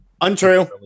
untrue